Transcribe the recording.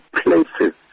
places